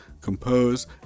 compose